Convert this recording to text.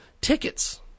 tickets